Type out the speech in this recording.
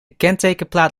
kentekenplaat